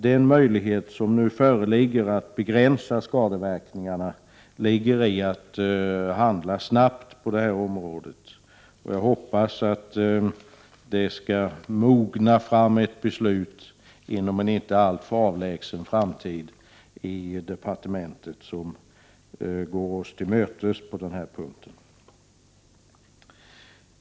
Den möjlighet som nu föreligger att begränsa skadeverkningarna består i att handla snabbt. Jag hoppas att det skall mogna fram ett beslut inom en inte alltför avlägsen framtid i departementet, som går oss till mötes på denna punkt.